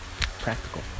practical